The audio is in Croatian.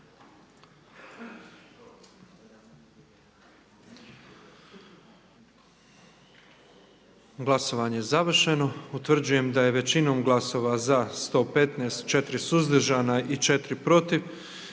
Glasovanje je završeno. Utvrđujem da je većinom glasova za 115, 4 suzdržana i 4 protiv